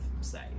say